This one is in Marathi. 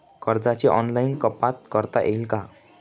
कर्जाची ऑनलाईन कपात करता येईल का?